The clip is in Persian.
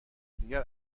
دیگر